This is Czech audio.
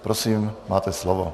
Prosím, máte slovo.